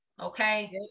Okay